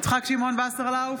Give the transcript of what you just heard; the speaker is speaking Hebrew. יצחק שמעון וסרלאוף,